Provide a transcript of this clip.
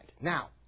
Now